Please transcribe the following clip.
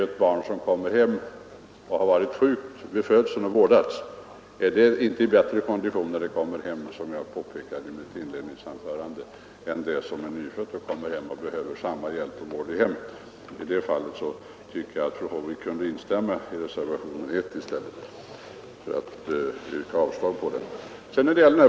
Ett barn som varit sjukt vid födseln och vårdats på sjukhus är inte i bättre kondition när det kommer hem från sjukhuset än det friska barnet som kommer hem direkt efter födelsen. Jag tycker därför att fru Håvik borde kunna instämma i reservationen 1.